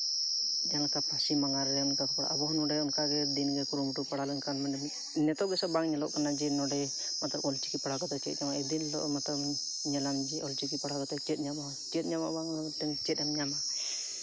ᱡᱟᱦᱟᱸ ᱞᱮᱠᱟ ᱯᱚᱥᱪᱤᱢ ᱵᱟᱝᱜᱟᱞ ᱨᱮ ᱚᱱᱠᱟ ᱟᱵᱚᱦᱚᱸ ᱱᱚᱰᱮ ᱚᱱᱠᱟᱜᱮ ᱫᱤᱱᱜᱮ ᱠᱩᱨᱩᱢᱩᱴᱩ ᱯᱟᱲᱟᱣ ᱞᱮᱱᱠᱷᱟᱱ ᱢᱟᱱᱮ ᱱᱤᱛᱚᱜ ᱜᱮᱥᱮ ᱵᱟᱝ ᱧᱮᱞᱚᱜ ᱠᱟᱱᱟ ᱡᱮ ᱱᱚᱰᱮ ᱢᱚᱛᱞᱚᱵᱽ ᱚᱞᱪᱤᱠᱤ ᱯᱟᱲᱦᱟᱣ ᱠᱟᱛᱮᱫ ᱪᱮᱫ ᱧᱟᱢᱚᱜᱼᱟ ᱢᱤᱫ ᱫᱤᱱ ᱦᱤᱞᱚᱜ ᱢᱟᱛᱚ ᱧᱮᱞᱟᱢ ᱡᱮ ᱚᱞᱪᱤᱠᱤ ᱯᱟᱲᱦᱟᱣ ᱠᱟᱛᱮᱫ ᱪᱮᱫ ᱧᱟᱢᱚᱜᱼᱟ ᱪᱮᱫ ᱧᱟᱢᱚᱜᱼᱟ ᱵᱟᱝ ᱢᱤᱫᱴᱟᱹᱱ ᱪᱮᱫ ᱮᱢ ᱧᱟᱢᱟ